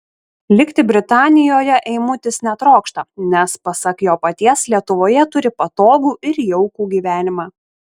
likti britanijoje eimutis netrokšta nes pasak jo paties lietuvoje turi patogų ir jaukų gyvenimą